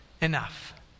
enough